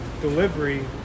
delivery